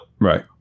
Right